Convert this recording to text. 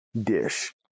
dish